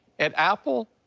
at apple,